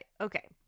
Okay